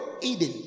Eden